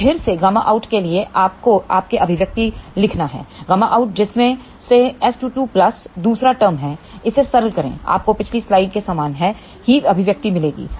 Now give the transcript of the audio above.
तो फिर सेƬOUT के लिए आपके अभिव्यक्ति लिखना है ƬOUTजिसमें से S22 प्लस दूसरा टर्म है इसे सरल करें आपको पिछली स्लाइड के समान ही अभिव्यक्ति मिलेगी